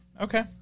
Okay